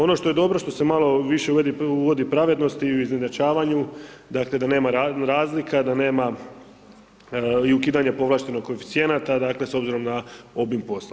Ono što je dobro, što se malo više uvodi pravednosti u izjednačavanju, dakle, da nema razlika, da nema i ukidanja povlaštenog koeficijenata, dakle, s obzirom na obim posla.